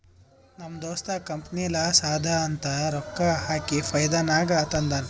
ನಮ್ ದೋಸ್ತ company loss ಅದಾ ಅಂತ ರೊಕ್ಕಾ ಹಾಕಿ ಫೈದಾ ನಾಗ್ ತಂದಾನ್